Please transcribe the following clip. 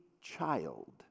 child